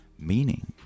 Meaning